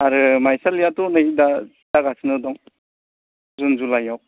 आरो माइसालि आथ' नै दा जागासिनो दं जुन जुलाइयाव